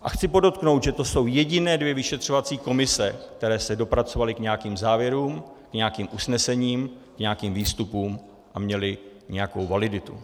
A chci podotknout, že to jsou jediné dvě vyšetřovací komise, které se dopracovaly k nějakým závěrům, nějakým usnesením, nějakým výstupům a měly nějakou validitu.